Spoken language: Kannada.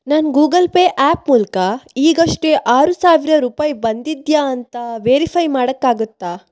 ನನ್ನ ಗೂಗಲ್ಪೇ ಆ್ಯಪ್ ಮೂಲಕ ಈಗಷ್ಟೇ ಆರು ಸಾವಿರ ರೂಪಾಯಿ ಬಂದಿದೆಯಾ ಅಂತ ವೇರಿಫೈ ಮಾಡೋಕ್ಕಾಗುತ್ತಾ